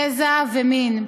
גזע ומין.